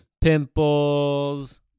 pimples